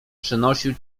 przynosił